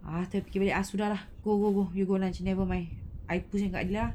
ah fikir balik sudah lah go go go you go lunch never mind I push dengan adilah